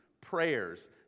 prayers